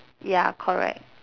ya correct